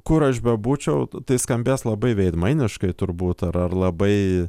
kur aš bebūčiau tai skambės labai veidmainiškai turbūt ar labai